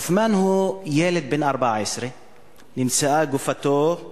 עות'מאן הוא ילד בן 14. גופתו נמצאה,